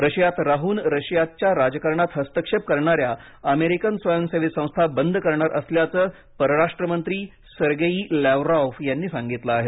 रशियात राहून रशियाच्या राजकारणात हस्तक्षेप करणाऱ्या अमेरिकन स्वयंसेवी संस्था बंद करणार असल्याचं परराष्ट्रमंत्री सर्गेई लॅवरॉव्ह यांनी सांगितलं आहे